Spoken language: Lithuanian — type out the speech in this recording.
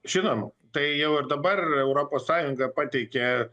žinoma tai jau ir dabar europos sąjunga pateikė